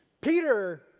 Peter